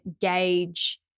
gauge